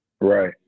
Right